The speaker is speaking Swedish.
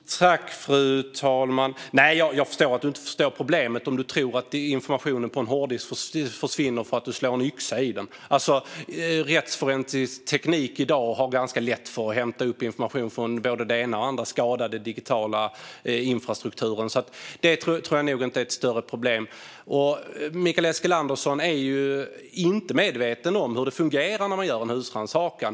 Fru talman! Nej, Mikael Eskilandersson, jag förstår att du inte förstår problemet om du tror att informationen på en hårddisk försvinner för att du slår en yxa i den. Rättsforensisk teknik gör det i dag ganska lätt att hämta information från både det ena och det andra skadade i den digitala infrastrukturen, så det tror jag inte är något större problem. Mikael Eskilandersson är inte medveten om hur det fungerar när man gör en husrannsakan.